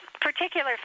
particular